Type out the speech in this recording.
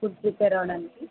food prepare అవ్వడానికి